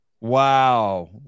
Wow